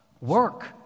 work